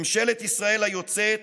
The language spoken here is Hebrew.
ממשלת ישראל היוצאת